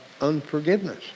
unforgiveness